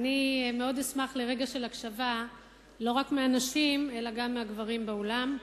אשמח על רגע של הקשבה לא רק מהנשים אלא גם מהגברים באולם.